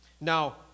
Now